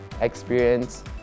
experience